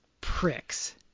pricks